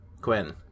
Quinn